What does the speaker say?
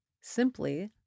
simply